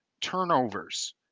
turnovers